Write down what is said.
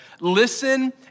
Listen